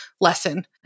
lesson